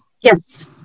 yes